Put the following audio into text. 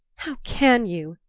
how can you,